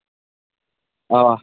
اَوا